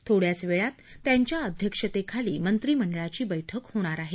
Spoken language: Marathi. थोड्याच वेळा त्यांच्या अध्यक्षतेखाली मंत्रीमंडळाची बैठक होणार आहे